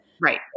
Right